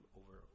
over